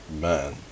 Man